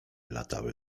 latały